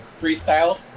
freestyle